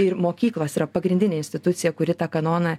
ir mokyklos yra pagrindinė institucija kuri tą kanoną